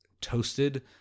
toasted